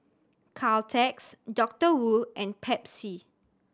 Caltex Doctor Wu and Pepsi